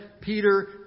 Peter